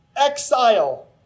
Exile